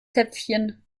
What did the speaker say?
zäpfchen